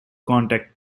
contact